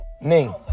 Ning